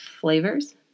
flavors